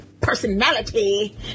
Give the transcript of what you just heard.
personality